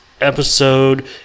episode